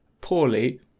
poorly